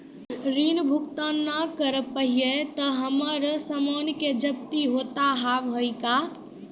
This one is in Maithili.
ऋण भुगतान ना करऽ पहिए तह हमर समान के जब्ती होता हाव हई का?